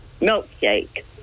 milkshake